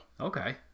Okay